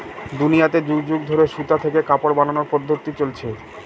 দুনিয়াতে যুগ যুগ ধরে সুতা থেকে কাপড় বানানোর পদ্ধপ্তি চলছে